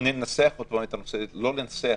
לא לנסח,